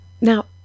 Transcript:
Now